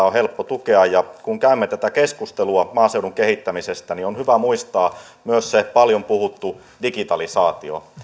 on helppo tukea ja kun käymme tätä keskustelua maaseudun kehittämisestä niin on hyvä muistaa myös se paljon puhuttu digitalisaatio